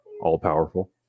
all-powerful